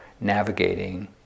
navigating